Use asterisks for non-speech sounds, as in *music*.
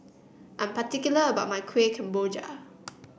I'm *noise* particular about my Kuih Kemboja